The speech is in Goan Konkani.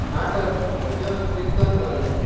नाटक भजन कीर्तन जाल्लें